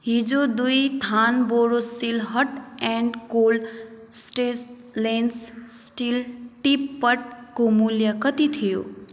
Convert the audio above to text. हिजो दुईथान Borosil hot and cold stainless steel tea पटको मूल्य कति थियो